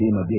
ಈ ಮಧ್ಯೆ